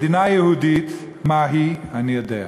מדינה יהודית מהי, אני יודע.